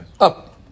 up